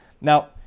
Now